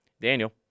Daniel